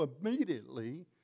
immediately